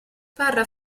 parla